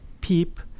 PEEP